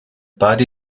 buddy